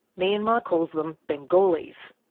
myanmar calls them bengalis.